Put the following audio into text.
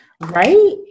Right